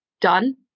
done